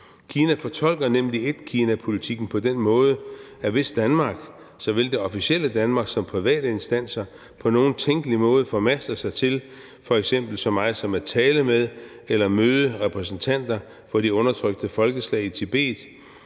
Kina fortolker nemlig etkinapolitikken på den måde, at hvis Danmark – såvel det officielle Danmark som private instanser – på nogen tænkelig måde formaster sig til f.eks. så meget som at tale med eller møde repræsentanter for de undertrykte folkeslag i Tibet